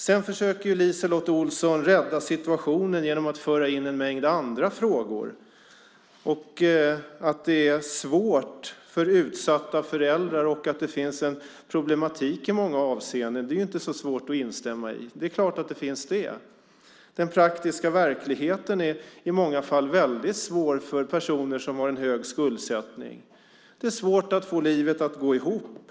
Sedan försöker LiseLotte Olsson rädda situationen genom att föra in en mängd andra frågor. Att det är svårt för utsatta föräldrar och att det finns en problematik i många avseenden är inte så svårt att instämma i. Det är klart att det finns det. Den praktiska verkligheten är i många fall väldigt svår för personer som har en hög skuldsättning. Det är svårt att få livet att gå ihop.